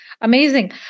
Amazing